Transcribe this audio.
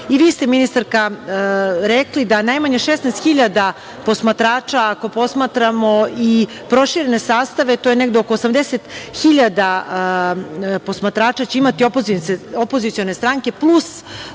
I vi ste, ministarka, rekli, da najmanje 16.000 posmatrača, ako posmatramo i proširene sastave, to je negde oko 80.000 posmatrača će imati opozicione stranke, plus